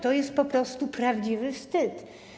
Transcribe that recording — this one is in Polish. To jest po prostu prawdziwy wstyd.